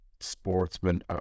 sportsman